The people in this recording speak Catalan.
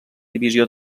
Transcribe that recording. divisió